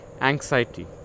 anxiety